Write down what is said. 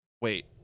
Wait